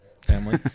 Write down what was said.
Family